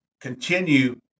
continue